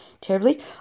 terribly